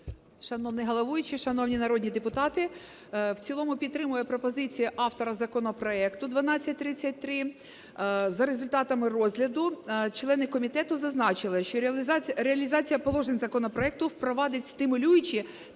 Шановний головуючий, шановні народні депутати! В цілому підтримую пропозицію автора законопроекту 1233. За результатами розгляду члени комітету зазначили, що реалізація положень законопроекту впровадить стимулюючі